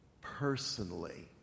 personally